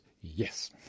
yes